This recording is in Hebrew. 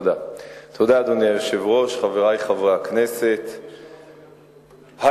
אדוני היושב-ראש, תודה, חברי חברי הכנסת, האמת?